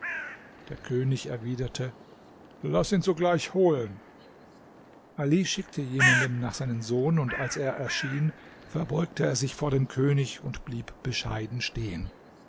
der könig erwiderte laß ihn sogleich holen ali schickte jemanden nach seinem sohn und als er erschien verbeugte er sich vor dem könig und blieb bescheiden stehen